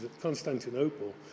Constantinople